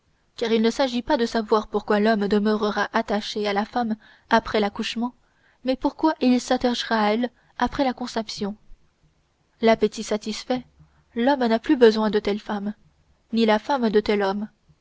car il ne s'agit pas de savoir pourquoi l'homme demeurera attaché à la femme après l'accouchement mais pourquoi il s'attachera à elle après la conception l'appétit satisfait l'homme n'a plus besoin de telle femme ni la femme de tel homme